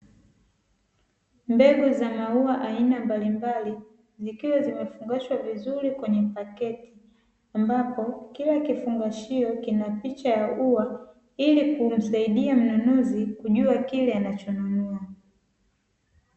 Mbegu za maua aina mbalimbali zikiwa zimefungashwa vizuri kwenye pakiti, ambapo kila kifungashio kina picha ya ua ili kumsaidia mnunuzi kujua kile anachonunua.